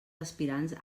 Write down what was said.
aspirants